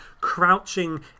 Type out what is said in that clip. crouching